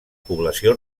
població